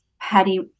Patty